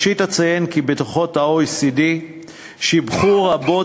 ראשית אציין כי בדוחות ה-OECD שיבחו רבות